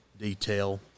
detail